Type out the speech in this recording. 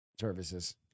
services